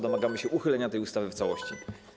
Domagamy się uchylenia tej ustawy w całości.